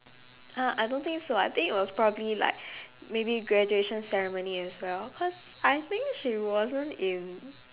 !huh! I don't think so I think it was probably like maybe graduation ceremony as well cause I think she wasn't in